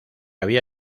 había